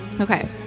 Okay